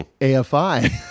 AFI